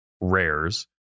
rares